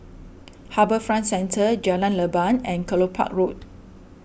HarbourFront Centre Jalan Leban and Kelopak Road